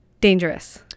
dangerous